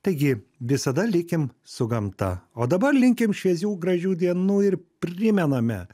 taigi visada likim su gamta o dabar linkim šviesių gražių dienų ir primename